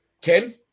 Ken